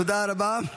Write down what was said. תודה רבה.